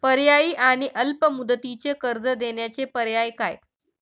पर्यायी आणि अल्प मुदतीचे कर्ज देण्याचे पर्याय काय?